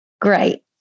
Great